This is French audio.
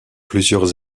plusieurs